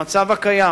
במצב הקיים,